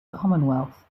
commonwealth